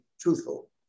truthful